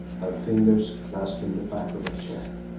her fingers clasping the back of a chair.